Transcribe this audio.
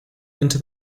into